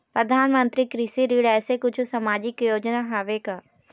परधानमंतरी कृषि ऋण ऐसे कुछू सामाजिक योजना हावे का?